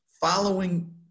following